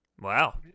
Wow